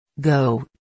Go